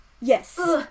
yes